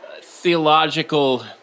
theological